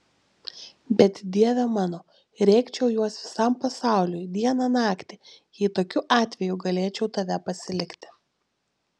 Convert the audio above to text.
bet dieve mano rėkčiau juos visam pasauliui dieną naktį jei tokiu atveju galėčiau tave pasilikti